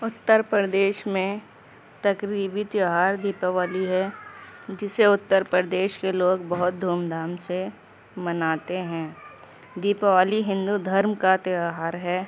اتّر پردیش میں تقریبی تہوار دیپاولی ہے جسے اتّر پردیش کے لوگ بہت دھوم دھام سے مناتے ہیں دیپاولی ہندو دھرم کا تہوار ہے